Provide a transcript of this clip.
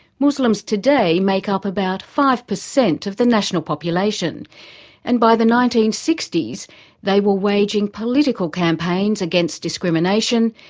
muslims today make up about five percent of the national population and by the nineteen sixty s they were waging political campaigns against discrimination,